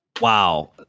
Wow